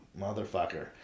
Motherfucker